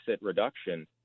reduction